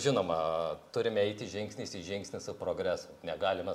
žinoma turime eiti žingsnis į žingsnį su progresu negalima